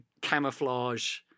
camouflage